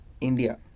India